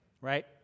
right